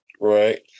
Right